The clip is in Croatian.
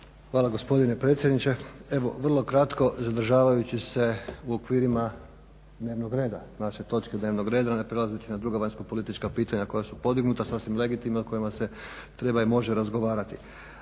Hvala gospodine predsjedniče. Evo vrlo kratko zadržavajući se u okvirima dnevnog reda, naše točke dnevnog reda ne prelazeći na druga vanjskopolitička pitanja koja su podignuta sasvim legitimno o kojima se treba i može razgovarati,